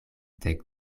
dek